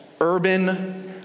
urban